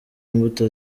imbuto